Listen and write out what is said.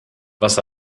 was